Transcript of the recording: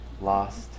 Lost